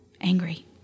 angry